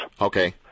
Okay